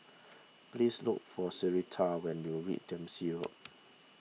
please look for Sarita when you read Dempsey Road